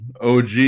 OG